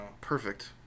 Perfect